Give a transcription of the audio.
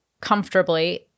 comfortably